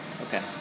Okay